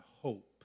hope